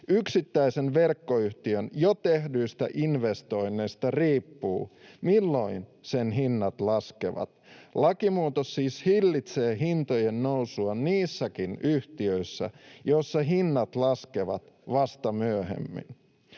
Yksittäisen verkkoyhtiön jo tehdyistä investoinneista riippuu, milloin sen hinnat laskevat. Lakimuutos siis hillitsee hintojen nousua niissäkin yhtiöissä, joissa hinnat laskevat vasta myöhemmin.